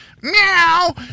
meow